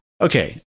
Okay